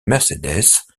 mercedes